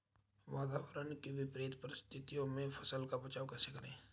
वातावरण की विपरीत परिस्थितियों में फसलों का बचाव कैसे करें?